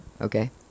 Okay